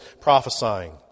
prophesying